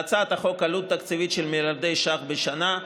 להצעת החוק עלות תקציבית של מיליארדי ש"ח בשנה.